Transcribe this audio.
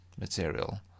material